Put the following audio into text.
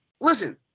listen